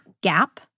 gap